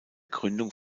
gründung